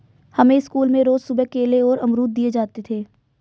हमें स्कूल में रोज सुबह केले और अमरुद दिए जाते थे